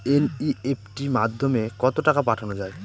NEFT মাধ্যমে কত টাকা পাঠানো যায়?